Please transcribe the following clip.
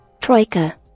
Troika